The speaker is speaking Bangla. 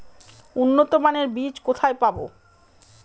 উন্নতমানের বীজ কোথায় পাব?